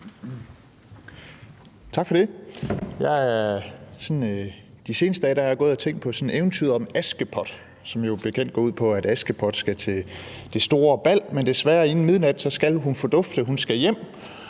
Tak for det. De seneste dage har jeg gået og tænkt på eventyret om Askepot, som jo som bekendt går ud på, at Askepot skal til det store bal, men desværre skal hun inden midnat fordufte, for hun skal hjem.